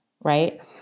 Right